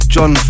John